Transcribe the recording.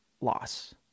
loss